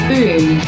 Boom